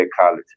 college